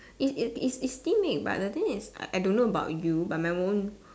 it it it's it's steam egg but the thing is I don't know about you but my own